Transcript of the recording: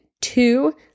two